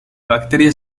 bacteria